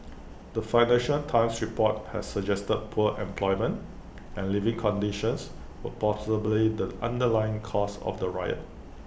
the financial times report had suggested poor employment and living conditions were possibly the underlying causes of the riot